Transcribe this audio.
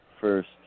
First